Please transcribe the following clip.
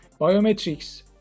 biometrics